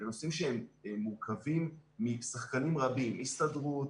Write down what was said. אלה נושאים שהם מורכבים משחקנים רבים: הסתדרות,